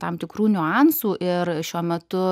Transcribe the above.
tam tikrų niuansų ir šiuo metu